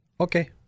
Okay